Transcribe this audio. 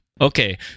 Okay